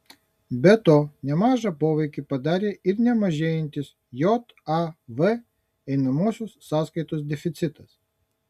be to nemažą poveikį padarė ir nemažėjantis jav einamosios sąskaitos deficitas